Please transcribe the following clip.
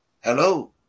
Hello